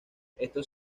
estos